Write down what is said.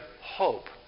hope